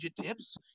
tips